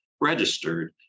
registered